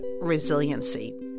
resiliency